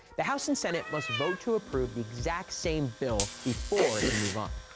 the house and senate must vote to approve the exact same bill before it can move on.